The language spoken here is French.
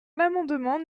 l’amendement